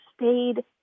stayed